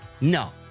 No